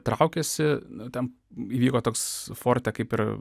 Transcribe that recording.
traukiasi na ten įvyko toks forte kaip ir